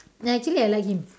ya actually I like him